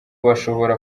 bashobora